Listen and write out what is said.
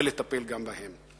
ולטפל גם בהם.